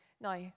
Now